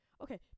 Okay